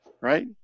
right